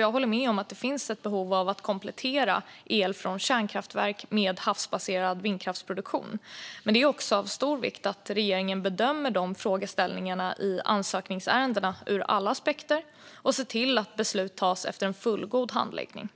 Jag håller med om att det finns ett behov av att komplettera el från kärnkraftverk med havsbaserad vindkraftsproduktion, men det är också av stor vikt att regeringen bedömer frågeställningarna i ansökningsärendena ur alla aspekter och ser till att beslut tas efter en fullgod handläggning.